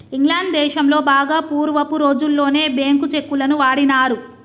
England దేశంలో బాగా పూర్వపు రోజుల్లోనే బ్యేంకు చెక్కులను వాడినారు